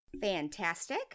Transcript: Fantastic